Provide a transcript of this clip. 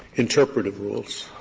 interpretative rules?